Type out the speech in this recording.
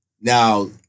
Now